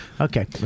Okay